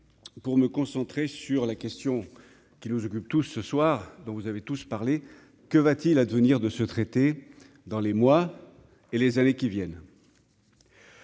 pour me concentrer sur la question qui nous occupe tous ce soir donc, vous avez tous parlé, que va-t-il advenir de ce traité dans les mois et les années qui viennent.